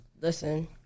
Listen